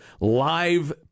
Live